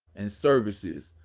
and services.